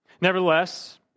Nevertheless